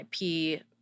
IP